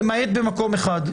למעט במקום אחד,